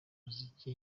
muziki